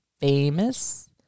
famous